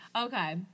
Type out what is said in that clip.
Okay